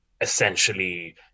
essentially